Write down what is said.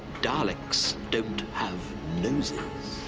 daleks don't have noses!